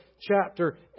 chapter